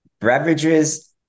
beverages